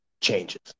changes